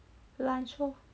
lunch loh